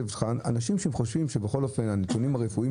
אנשים שהם חושבים שבכל אופן הנתונים הרפואיים